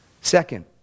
Second